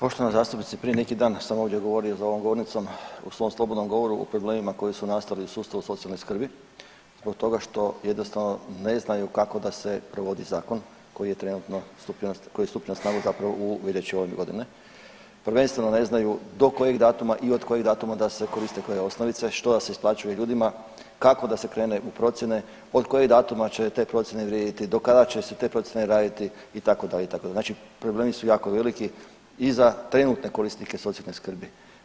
Poštovana zastupnice prije neki dan sam ovdje govorio za ovom govornicom u svom slobodnom govoru o problemima koji su nastali u sustavu socijalne skrbi zbog toga što jednostavno ne znaju kako da se provodi zakon koji je stupio na snagu zapravo u veljači ove godine, prvenstveno ne znaju do kojeg datuma i od kojeg datuma da se koriste koje osnovice, što da se isplaćuje ljudima, kako da se krene u procjene, od kojeg datuma će te procjene vrijediti, do kada će se te procjene raditi itd., itd. znači problemi su jako veliki i za trenutne korisnike socijalne skrbi.